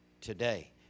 today